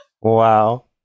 Wow